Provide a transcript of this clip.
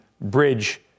bridge